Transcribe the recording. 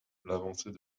l’avancée